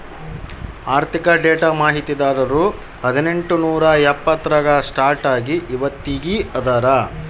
ಆರ್ಥಿಕ ಡೇಟಾ ಮಾಹಿತಿದಾರರು ಹದಿನೆಂಟು ನೂರಾ ಎಪ್ಪತ್ತರಾಗ ಸ್ಟಾರ್ಟ್ ಆಗಿ ಇವತ್ತಗೀ ಅದಾರ